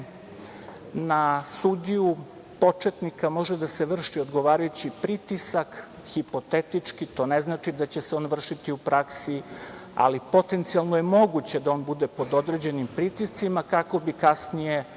na sudiju početnika može da se vrši odgovarajući pritisak, hipotetički. To ne znači da će se on vršiti u praksi, ali potencijalno je moguće da on bude pod određenim pritiscima, kako bi time